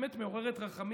באמת מעוררת רחמים,